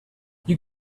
you